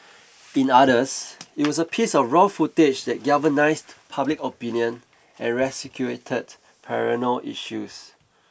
in others it was a piece of raw footage that galvanised public opinion and resuscitated perennial issues